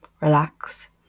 relax